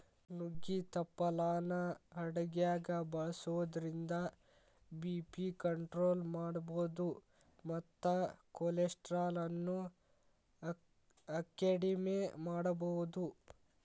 ನುಗ್ಗಿ ತಪ್ಪಲಾನ ಅಡಗ್ಯಾಗ ಬಳಸೋದ್ರಿಂದ ಬಿ.ಪಿ ಕಂಟ್ರೋಲ್ ಮಾಡಬೋದು ಮತ್ತ ಕೊಲೆಸ್ಟ್ರಾಲ್ ಅನ್ನು ಅಕೆಡಿಮೆ ಮಾಡಬೋದು